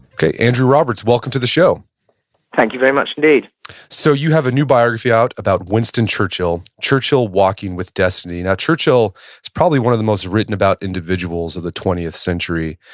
okay. andrew roberts, welcome to the show thank you very much indeed so you have a new biography out about winston churchill, churchill walking with destiny. now churchill is probably one of the most written about individuals of the twentieth century.